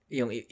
yung